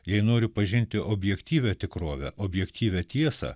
jei noriu pažinti objektyvią tikrovę objektyvią tiesą